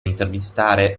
intervistare